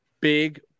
big